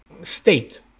state